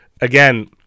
again